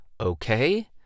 okay